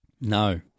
No